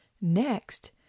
Next